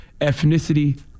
ethnicity